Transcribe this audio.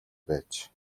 байж